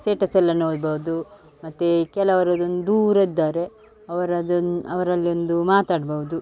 status ಎಲ್ಲ ನೋಡ್ಬೋದು ಮತ್ತು ಕೆಲವ್ರು ಅದೊಂದು ದೂರ ಇದ್ದಾರೆ ಅವ್ರದ್ದೊಂದು ಅವರಲ್ಲೊಂದು ಮಾತಾಡ್ಬೋದು